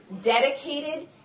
dedicated